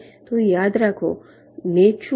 તો યાદ કરો નેટ શું છે